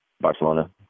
Barcelona